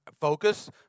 focus